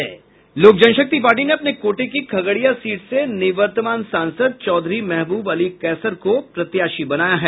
लोक जनशक्ति पार्टी ने अपने कोटे की खगड़िया सीट से निवर्तमान सांसद चौधरी महबूब अली कैसर को प्रत्याशी बनाया है